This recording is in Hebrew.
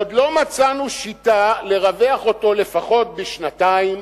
עוד לא מצאנו שיטה לרווח אותו לפחות בשנתיים,